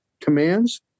commands